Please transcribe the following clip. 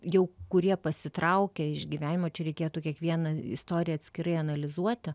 jau kurie pasitraukia iš gyvenimo čia reikėtų kiekvieną istoriją atskirai analizuoti